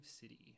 city